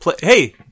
Hey